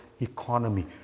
Economy